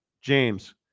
James